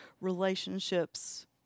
relationships